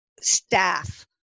staff